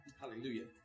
Hallelujah